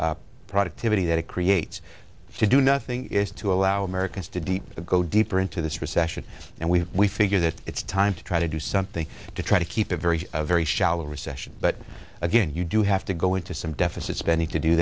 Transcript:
productivity that it creates to do nothing is to allow americans to deep to go deeper into this recession and we we figure that it's time to try to do something to try to keep a very very shallow recession but again you do have to go into some deficit spending to do